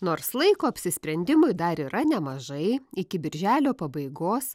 nors laiko apsisprendimui dar yra nemažai iki birželio pabaigos